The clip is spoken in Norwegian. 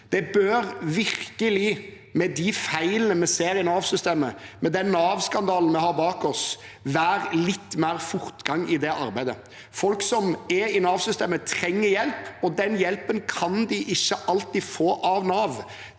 Det bør virkelig, med de feil vi ser i Nav-systemet, med den Nav-skandalen vi har bak oss, være litt mer fortgang i det arbeidet. Folk som er i Nav-systemet, trenger hjelp, og den hjelpen kan de ikke alltid få av Nav.